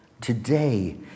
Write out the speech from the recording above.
today